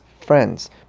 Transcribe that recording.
friends